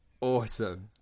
awesome